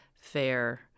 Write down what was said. fair